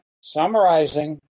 summarizing